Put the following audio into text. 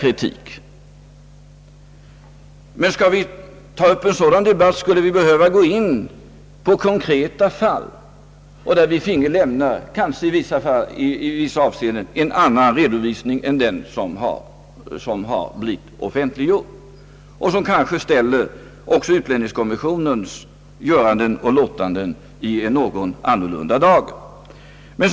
Om vi skulle ta upp en sådan debatt, skulle vi behöva gå in på konkreta fall, där vi kanske i vissa avseenden finge lämna en annan redovisning än den som har blivit offentliggjord. Det kanske också skulle ställa utlänningskommissionens göranden och låtanden i en något annorlunda dager.